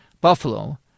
Buffalo